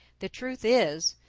the truth is,